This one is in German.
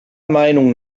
meinung